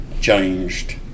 changed